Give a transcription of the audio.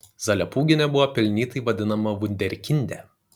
zalepūgienė buvo pelnytai vadinama vunderkinde